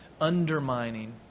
undermining